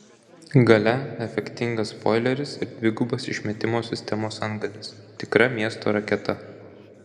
gale efektingas spoileris ir dvigubas išmetimo sistemos antgalis tikra miesto raketa